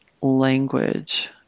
language